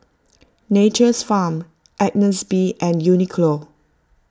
Nature's Farm Agnes B and Uniqlo